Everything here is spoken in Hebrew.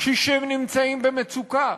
קשישים נמצאים במצוקה.